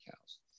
cows